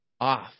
off